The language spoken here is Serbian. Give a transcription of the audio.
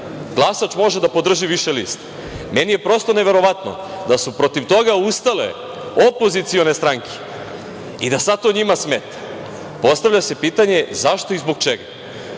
glasač može da podrži više lista. Meni je prosto neverovatno da su protiv toga ustale opozicione stranke i da sada to njima smeta. Postavlja se pitanje zašto i zbog čega?